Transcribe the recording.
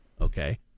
okay